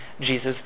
Jesus